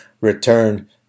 return